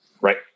Right